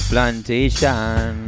plantation